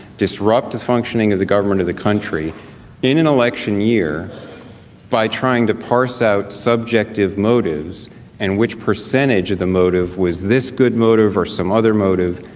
disrupt the functioning of the government of the country in an election year by trying to pass out subjective motives in which percentage of the motive was this good motive or some other motive,